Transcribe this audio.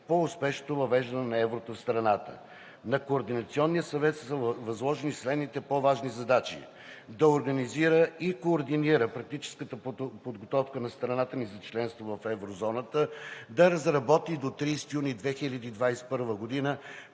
по-успешно въвеждане на еврото в страната. На Координационния съвет са възложени следните по-важни задачи: да организира и координира практическата подготовка на страната ни за членство в еврозоната; да разработи до 30 юни 2021 г.